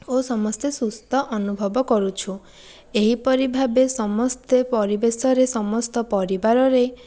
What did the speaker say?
ଓ ସମସ୍ତେ ସୁସ୍ଥ ଅନୁଭବ କରୁଛୁ ଏହିପରି ଭାବେ ସମସ୍ତେ ପରିବେଶରେ ସମସ୍ତ ପରିବାରରେ